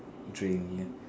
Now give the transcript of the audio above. drink